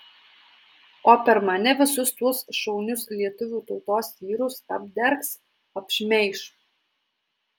o per mane visus tuos šaunius lietuvių tautos vyrus apdergs apšmeiš